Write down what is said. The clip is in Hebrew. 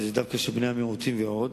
שהם דווקא של בני המיעוטים ועוד.